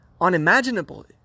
unimaginable